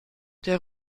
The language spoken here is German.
der